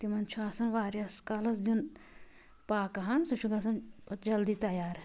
تِمَن چھُ آسان واریاہس کالَس دیٛن پاکہٕ ہان سُہ چھُ گَژھان پَتہٕ جلدی تیار